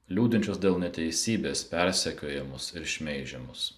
liūdinčius dėl neteisybės persekiojamus ir šmeižiamus